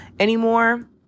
anymore